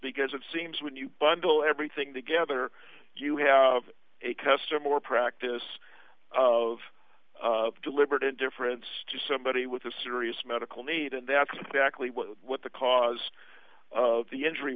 because it seems when you bundle everything together you have a custom or practice of deliberate indifference to somebody with a serious medical need and that's exactly what what the cause of the injury